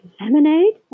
lemonade